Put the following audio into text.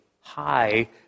high